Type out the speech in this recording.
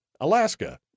Alaska